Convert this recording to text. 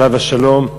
עליו השלום,